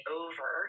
over